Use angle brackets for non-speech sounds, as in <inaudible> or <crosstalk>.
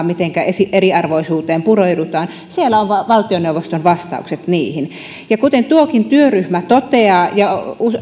<unintelligible> mitenkä eriarvoisuuteen pureudutaan siellä on valtioneuvoston vastaukset niihin kuten tuokin työryhmä toteaa ja